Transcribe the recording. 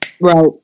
Right